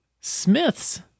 Smiths